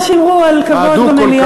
חברי הכנסת, בבקשה, שמרו על כבוד במליאה.